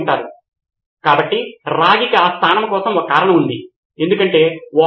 సిద్ధార్థ్ మాతురి తద్వారా ఆమె బోధిస్తున్నది మనము పొందుపరచిన నోట్స్ లో ఇప్పటికే ఉంది